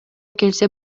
келсе